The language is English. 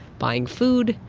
buying food,